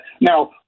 Now